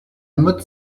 motte